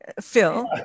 Phil